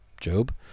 Job